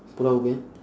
pulau ubin